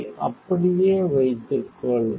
அதை அப்படியே வைத்துக்கொள்